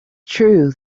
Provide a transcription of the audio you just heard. true